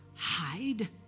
Hide